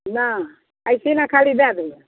नहि आ इचना खाली दै देबै